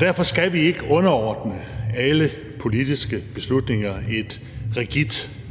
Derfor skal vi ikke underordne alle politiske beslutninger i et rigidt